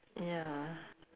ya